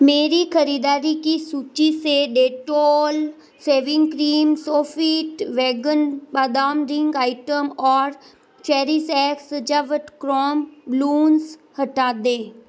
मेरी ख़रीददारी की सूची से Dettol shaving cream Sofit vegan बादाम ड्रिंक आइटम और चेरिश एक्स सजावट क्रोम ब्लून्स हटा दें